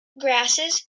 grasses